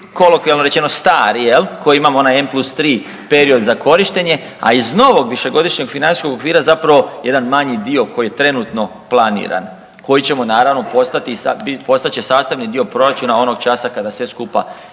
kolokvijalno rečeno stari jel, koji imamo onaj M+3 period za korištenje, a iz novog višegodišnjeg financijskog okvira zapravo jedan manji dio koji trenutno planiran koji ćemo naravno postati, postat će sastavni dio Proračuna onog časa kada sve skupa